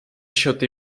счет